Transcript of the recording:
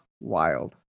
wild